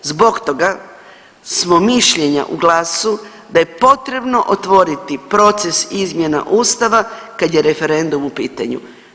Zbog toga smo mišljenja u GLAS-u da je potrebno otvoriti proces izmjena Ustava kad je referendum u pitanju.